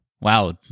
wow